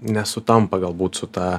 nesutampa galbūt su ta